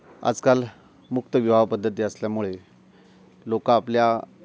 आजकाल मुक्त विवाहपद्धती असल्यामुळे लोकं आपल्या